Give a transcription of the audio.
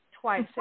twice